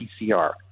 PCR